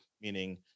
meaning